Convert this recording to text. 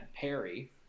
Perry